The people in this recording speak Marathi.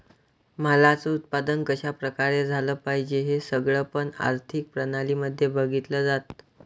मालाच उत्पादन कशा प्रकारे झालं पाहिजे हे सगळं पण आर्थिक प्रणाली मध्ये बघितलं जातं